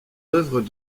œuvres